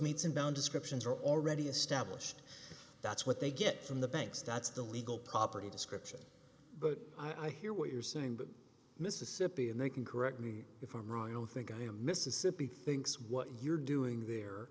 meats and down descriptions are already established that's what they get from the banks that's the legal property description but i hear what you're saying but mississippi and they can correct me if i'm wrong i don't think i am mississippi thinks what you're doing there